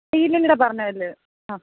പറഞ്ഞാൽ ആ